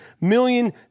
million